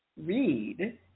read